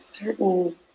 certain